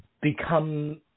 become